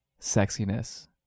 sexiness